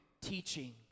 teaching